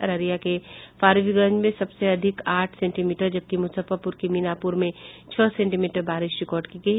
अररिया के फारबिसगंज में सबसे अधिक आठ सेंटीमीटर जबकि मूजफ्फरपूर के मीनापूर में छह सेंटीमीटर बारिश रिकॉर्ड की गयी